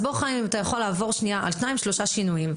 אם אתה יכול לעבור על שניים-שלושה שינויים,